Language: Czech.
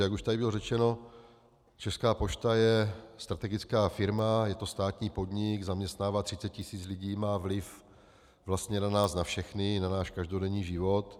Jak už tady bylo řečeno, Česká pošta je strategická firma, je to státní podnik, zaměstnává 30 tisíc lidí, má vliv na nás na všechny, na náš každodenní život.